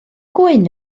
gwyn